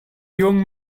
young